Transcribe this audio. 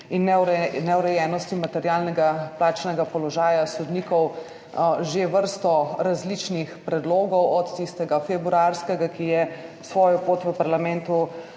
in neurejenosti materialnega plačnega položaja sodnikov pripravili že vrsto različnih predlogov, od tistega februarskega, ki je svojo pot v parlamentu